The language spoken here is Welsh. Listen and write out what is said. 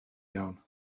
iawn